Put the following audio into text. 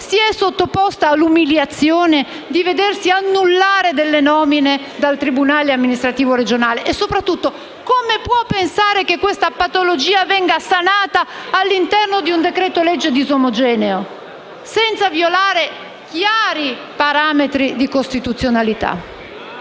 si è sottoposto all'umiliazione di vedersi annullare delle nomine dal tribunale amministrativo regionale? E, soprattutto, come può pensare che questa patologia venga sanata all'interno di un decreto-legge disomogeneo senza violare chiari parametri di costituzionalità?